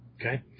Okay